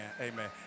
amen